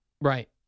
Right